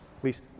Please